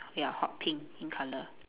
ya hot pink in colour